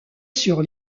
sur